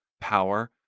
power